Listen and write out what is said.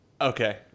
Okay